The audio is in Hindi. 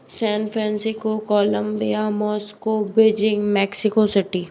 San Francisco Colombia Moscow Beijing Mexico city